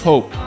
Hope